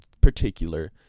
particular